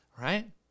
right